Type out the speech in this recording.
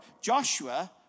Joshua